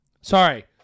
sorry